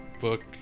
book